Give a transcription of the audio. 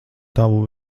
tavu